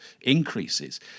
increases